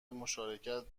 مشارکت